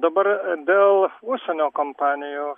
dabar dėl užsienio kompanijų